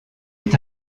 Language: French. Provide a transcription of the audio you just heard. est